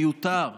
מיותר.